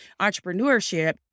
entrepreneurship